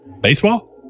Baseball